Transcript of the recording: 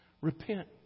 Repent